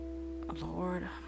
Lord